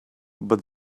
but